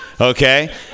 Okay